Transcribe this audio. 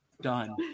Done